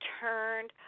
turned